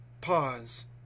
pause